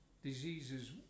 Diseases